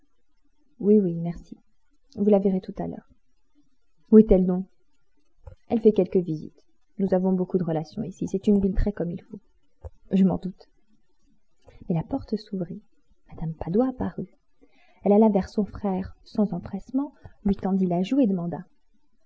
oui oui merci vous la verrez tout à l'heure où est-elle donc elle fait quelques visites nous avons beaucoup de relations ici c'est une ville très comme il faut je m'en doute mais la porte s'ouvrit mme padoie apparut elle alla vers son frère sans empressement lui tendit la joue et demanda